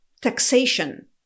taxation